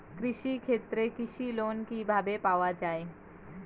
কৃষি ক্ষেত্রে কৃষি লোন কিভাবে পাওয়া য়ায়?